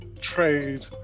trade